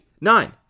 Nine